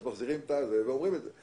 אז מחזירים ואומרים את זה.